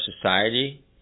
society